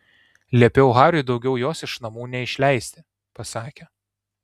liepiau hariui daugiau jos iš namų neišleisti pasakė